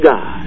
God